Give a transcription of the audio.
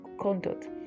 conduct